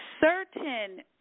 certain